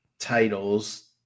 titles